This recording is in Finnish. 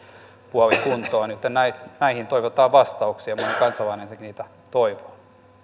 tarjontapuolikin kuntoon näihin toivotaan vastauksia moni kansalainenkin niitä toivoo